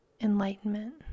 enlightenment